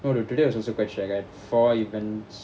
no no today was also quite shag I had four events